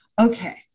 okay